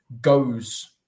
goes